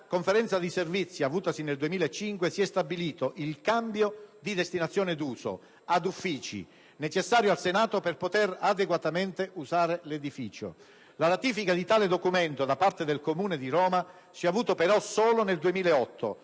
Conferenza di servizi avutasi nel 2005 si è stabilito il cambio di destinazione d'uso ad uffici, necessario al Senato per poter adeguatamente usare l'edificio. La ratifica di tale documento da parte del Comune di Roma si è avuta però solo nel 2008,